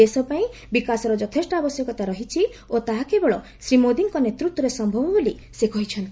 ଦେଶ ପାଇଁ ବିକାଶର ଯଥେଷ୍ଟ ଆବଶ୍ୟକତା ରହିଛି ଓ ତାହା କେବଳ ଶ୍ରୀ ମୋଦୀଙ୍କ ନେତୃତ୍ୱରେ ସମ୍ଭବ ବୋଲି ସେ କହିଛନ୍ତି